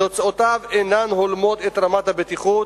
תוצאותיו של התיקון אינן הולמות את רמת הבטיחות,